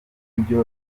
uburyo